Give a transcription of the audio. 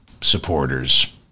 supporters